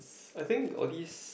I think all these